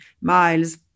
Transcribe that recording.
miles